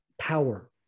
power